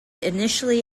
initially